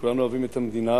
וכולנו אוהבים את המדינה,